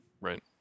right